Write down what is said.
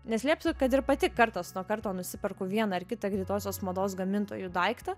neslėpsiu kad ir pati kartas nuo karto nusiperku vieną ar kitą greitosios mados gamintojų daiktą